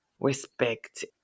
respect